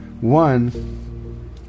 One